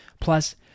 Plus